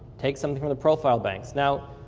take something from the profile banks. now,